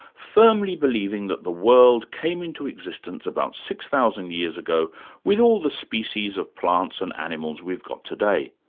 firmly believing that the world came into existence about six thousand years ago with all the species of plants and animals we've got today.